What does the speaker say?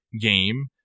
game